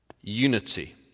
unity